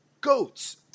goats